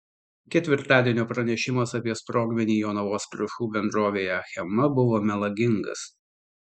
ketvirtadienio pranešimas apie sprogmenį jonavos trąšų bendrovėje achema buvo melagingas